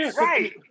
right